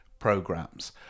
programs